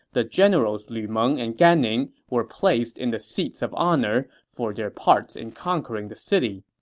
the generals lu meng and gan ning were placed in the seats of honor for their parts in conquering the city.